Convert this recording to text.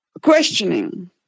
questioning